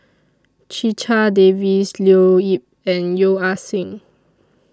Checha Davies Leo Yip and Yeo Ah Seng